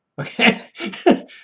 okay